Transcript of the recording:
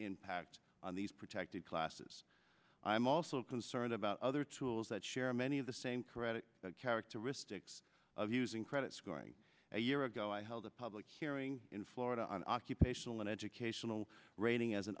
impact on these protected classes i'm also concerned about other tools that share many of the same credit characteristics of using credit scoring a year ago i held a public hearing in florida on occupational and educational rating as an